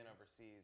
overseas